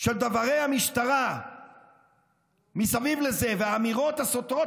של דברי המשטרה מסביב לזה והאמירות הסותרות